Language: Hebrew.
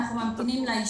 אנחנו ממתינים לאישור.